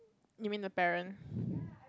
you mean the parent